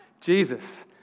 Jesus